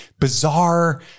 bizarre